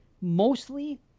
mostly